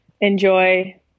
enjoy